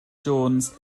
jones